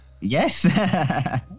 Yes